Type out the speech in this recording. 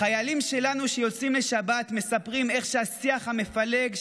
החיילים שלנו שיוצאים לשבת מספרים איך השיח המפלג,